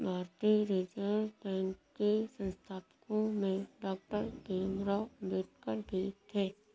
भारतीय reserve bank के संस्थापकों में डॉक्टर भीमराव अंबेडकर भी थे